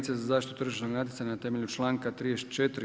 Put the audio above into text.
za zaštitu tržišnog natjecanja na temelju članka 34.